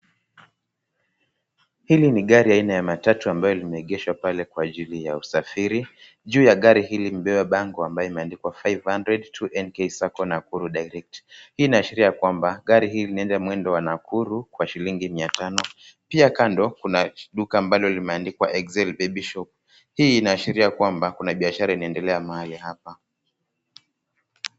Hili ni gari aina ya matatu ambalo limeegeshwa pale kwa ajili ya usafiri. Juu ya gari hili imebeba bango ambayo imeandikwa 500 2NK Sacco Nakuru Direct . Hii inaashiria kwamba gari hili inaenda muendo wa Nakuru kwa shilingi mia tano. Pia kando kuna duka ambalo limeandikwa Excel Baby Shop . Hii inaashiria kwamba kuna biashara inaendelea mahali hapa.